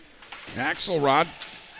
Axelrod